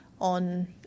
on